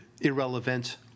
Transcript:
irrelevant